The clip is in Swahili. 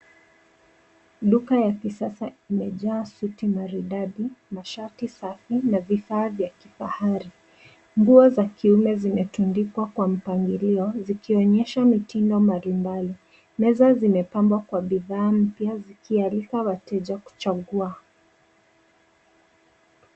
Duka la kisasa limejaa suti maridadi, mashati safi, na vifaa vya kifahari. Nguo za kiume zimetundikwa kwa mpangilio, zikionyesha mitindo mbalimbali. Meza zimepambwa kwa bidhaa mpya zikialika wateja kuchagua.